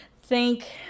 Thank